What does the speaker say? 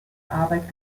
arbeit